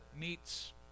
meets